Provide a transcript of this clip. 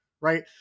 right